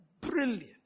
brilliant